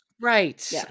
Right